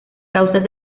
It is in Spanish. causas